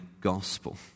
gospel